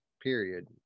period